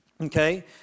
okay